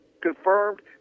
confirmed